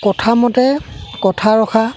কথামতে কথা ৰখা